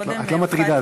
את לא מטרידה.